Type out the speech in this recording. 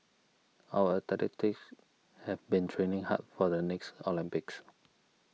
our athletes have been training hard for the next Olympics